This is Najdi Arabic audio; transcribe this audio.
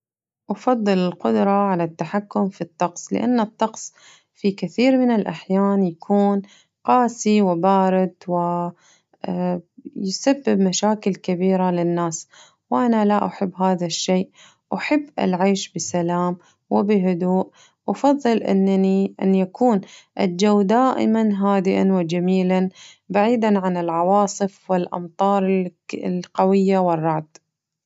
أفضل القدرة على التحكم في الطقس لأن الطقس في كثير من الأحيان يكون قاسي وبارد و يسبب مشاكل كبيرة للناس وأنا لا أحب هذا الشيء أحب العيش بسلام وبهدوء، أفضل أنني أن يكون الجو دائماً هادئاً وجميلاً بعيداً عن العواصف والأمطار القوية والرعد.